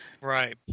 Right